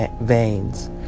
veins